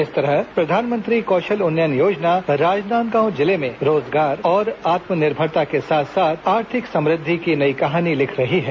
इस तरह प्रधानमंत्री कौशल उन्नयन योजना राजनांदगांव जिले में रोजगार और आत्मनिर्भरता के साथ साथ आर्थिक समृद्धि की नई कहानी लिख रही है